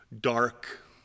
dark